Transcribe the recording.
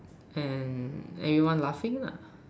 and everyone laughing lah